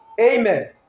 Amen